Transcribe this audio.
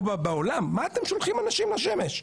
בעולם מה אתם שולחים אנשים לשמש?